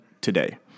today